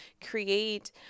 create